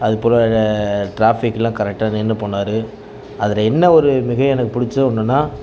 அதுபோல டிராஃப்பிக்லாம் கரெக்டாக நின்று போனார் அதில் என்ன ஒரு மிகை எனக்கு பிடிச்ச ஒன்றுனா